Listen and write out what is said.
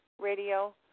radio